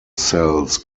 cells